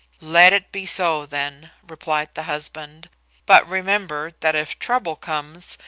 let it be so, then, replied the husband but remember that if trouble comes,